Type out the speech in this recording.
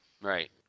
Right